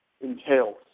entails